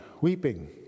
weeping